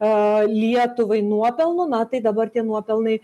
a lietuvai nuopelnų na tai dabar tie nuopelnai